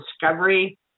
discovery